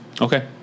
okay